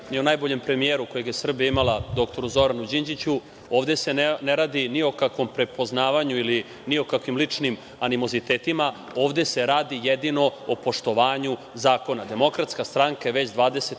ni o najboljem premijeru kojeg je Srbija imala, dr Zoranu Đinđiću, ovde se ne radi ni o kakvom prepoznavanju ili ni o kakvim ličnim animozitetima, ovde se radi jedino o poštovanju zakona. Demokratska stranka je već 27